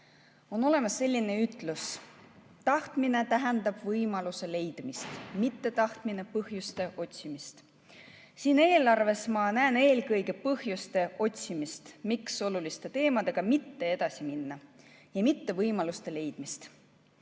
On olemas selline ütlus, et tahtmine tähendab võimaluse leidmist, mittetahtmine põhjuste otsimist. Siin eelarves ma näen eelkõige põhjuste otsimist, miks oluliste teemadega mitte edasi minna, ja mitte võimaluste leidmist.